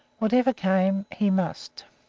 whatever came, he must